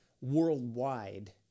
worldwide